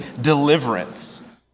deliverance